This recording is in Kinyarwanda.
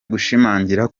gushimangira